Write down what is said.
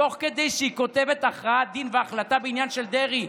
תוך כדי שהיא כותבת את הכרעת הדין ואת ההחלטה בעניין של דרעי.